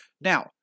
Now